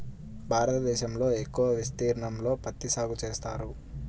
భారతదేశంలో ఎక్కువ విస్తీర్ణంలో పత్తి సాగు చేస్తారు